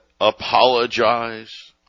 apologize